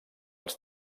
els